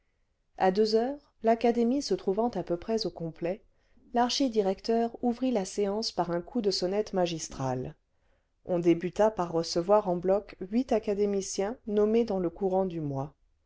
a deux heures l'académie se trouvant à peu près au complet l'archidirecteur l'archidirecteur la séance par un coup de sonnette magistral on débuta banquet de réception a l'académie française par recevoir en bloc huit académiciens nommés dans le courant du mois